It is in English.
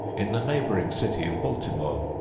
in the neighboring city of baltimore,